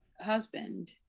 husband